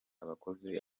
abakozi